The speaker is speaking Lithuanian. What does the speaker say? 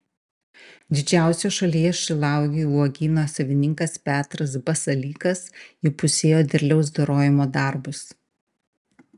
didžiausio šalyje šilauogių uogyno savininkas petras basalykas įpusėjo derliaus dorojimo darbus